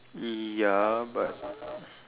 ya but